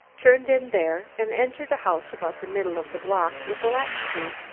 turned in there and entered a house about the middle of the block, with a latch-key.